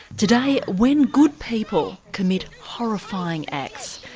today, when good people commit horrifying acts,